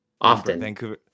Often